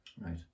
Right